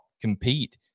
compete